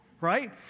right